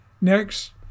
Next